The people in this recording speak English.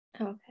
Okay